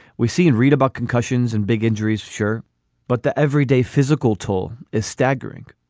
we see and read about concussions and big injuries sure but the everyday physical toll is staggering